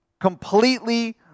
completely